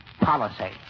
policy